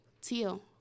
Teal